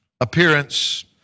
appearance